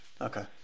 Okay